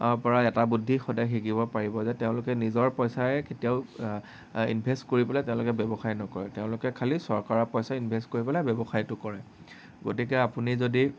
পৰা এটা বুদ্ধি সদায় শিকিব পাৰিব যে তেওঁলোকে নিজৰ পইচাৰে কেতিয়াও ইনভেষ্ট কৰি পেলাই তেওঁলোকে ব্যৱসায় নকৰে তেওঁলোকে খালি চৰকাৰৰ পইচা ইনভেষ্ট কৰি পেলাই ব্যৱসায়টো কৰে গতিকে আপুনি যদি